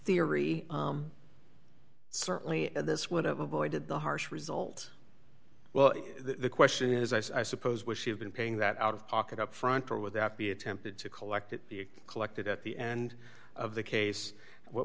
theory certainly and this would have avoided the harsh result well the question is i suppose wish to have been paying that out of pocket up front or would that be attempted to collect it be collected at the end of the case what